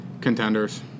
Contenders